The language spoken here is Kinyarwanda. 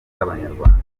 z’abanyarwanda